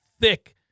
thick